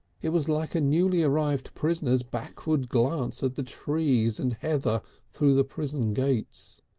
it was like a newly arrived prisoner's backward glance at the trees and heather through the prison gates.